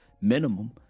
Minimum